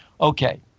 Okay